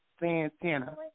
Santana